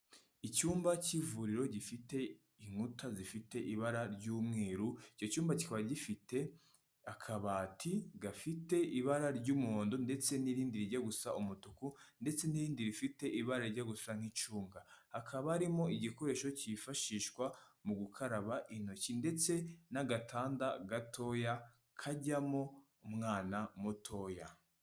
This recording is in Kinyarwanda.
Icyumba k'ivuriro gifite inkuta zifite ibara ry'umweru, icyo cyumba kikaba gifite akabati gafite ibara ry'umuhondo ndetse n'irindi rijya gusa umutuku ndetse n'irindi rifite ibara rijya gusa nk'icunga, hakaba harimo igikoresho kifashishwa mu gukaraba intoki ndetse n'agatanda gatoya kajyamo umwana mutoya